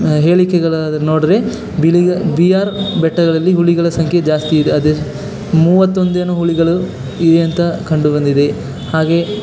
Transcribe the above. ಹೇಳಿಕೆಗಳ ನೋಡ್ರೆ ಬಿಳಿ ಬಿ ಆರ್ ಬೆಟ್ಟಗಳಲ್ಲಿ ಹುಲಿಗಳ ಸಂಖ್ಯೆ ಜಾಸ್ತಿ ಇದೆ ಅದು ಮೂವತ್ತೊಂದೇನೋ ಹುಲಿಗಳು ಇವೆ ಅಂತ ಕಂಡು ಬಂದಿದೆ ಹಾಗೇ